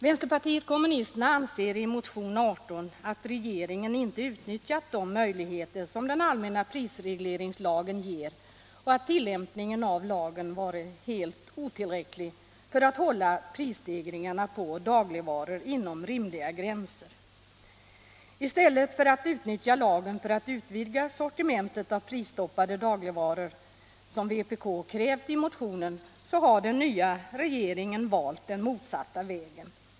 Vänsterpartiet kommunisterna hävdar i motion nr 18 att regeringen inte utnyttjat de möjligheter som den allmänna prisregleringslagen ger och att tillämpningen av lagen varit helt otillräcklig för att hålla prisstegringarna på dagligvaror inom rimliga gränser. I stället för att utnyttja lagen till att utvidga sortimentet av prisstoppade dagligvaror, vilket vpk krävt i motionen, har den nya regeringen valt motsatt väg.